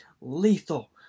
lethal